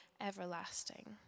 everlasting